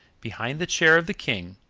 behind the chair of the king,